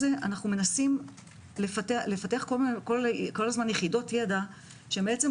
אנו מנסים לפתח כל הזמן יחידות ידע שלא